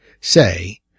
say